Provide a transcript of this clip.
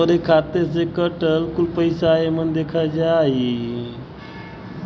तोहरे खाते से कटल कुल पइसा एमन देखा जाई